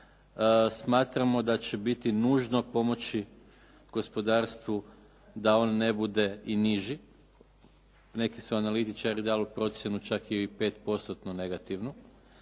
Smatramo da će biti nužno pomoći gospodarstvu da on ne bude i niži. Neki su analitičari dali procjenu čak i 5% negativnu